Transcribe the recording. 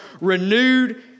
renewed